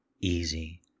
easy